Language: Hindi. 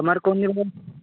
हमारे कॉनली